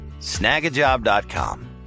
Snagajob.com